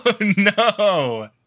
no